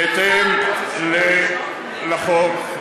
בהתאם לחוק,